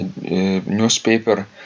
newspaper